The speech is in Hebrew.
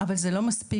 אבל זה לא מספיק,